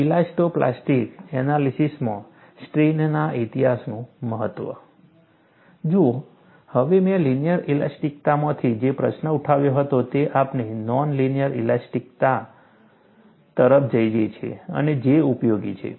elasto plastic એનાલિસીસમાં સ્ટ્રેઇનના ઇતિહાસનું મહત્વ જુઓ હવે મેં લિનિયર ઇલાસ્ટિકતામાંથી જે પ્રશ્ન ઉઠાવ્યો હતો તે આપણે નોન લિનિયર ઇલાસ્ટિકતા તરફ જઈ શકીએ છીએ અને J ઉપયોગી છે